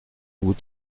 vous